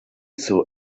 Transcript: saw